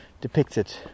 depicted